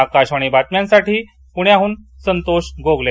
आकाशवाणी बातम्यांसाठी पुण्याहून संतोष गोगले